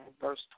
Verse